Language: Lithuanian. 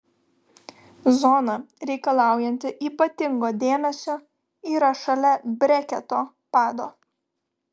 zona reikalaujanti ypatingo dėmesio yra šalia breketo pado